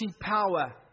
power